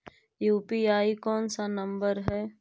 UPI कोन सा number हैं?